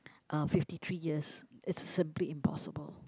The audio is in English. uh fifty three years it's simply impossible